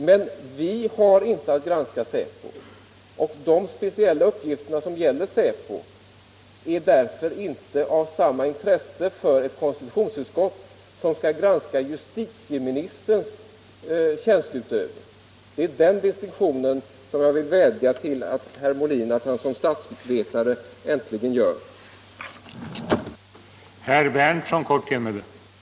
Men konstitutionsutskottet har inte att granska säkerhetspolisen och de speciella uppgifter som gäller säkerhetspolisen är därför inte av samma intresse för ett utskott som skall granska justitieministerns tjänsteutövning. Jag vill vädja till herr Molin att han som statsvetare äntligen gör den distinktionen.